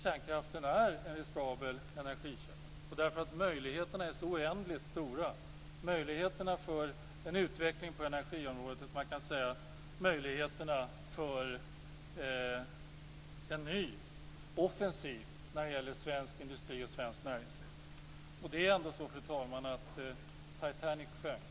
Kärnkraften är en riskabel energikälla. Möjligheterna till en utveckling på energiområdet är oändligt stora, liksom möjligheterna till en ny offensiv när det gäller svensk industri och svenskt näringsliv. Det var ju ändå så, fru talman, att Titanic sjönk.